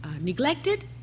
neglected